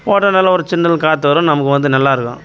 போட்டால் நல்லா ஒரு சில்லுன்னு காற்று வரும் நமக்கு வந்து நல்லா இருக்கும்